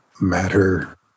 matter